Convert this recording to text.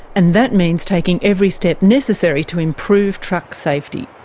and that means taking every step necessary to improve truck safety.